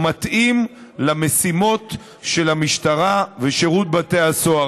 מתאים למשימות של המשטרה ושל שירות בתי הסוהר.